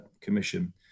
Commission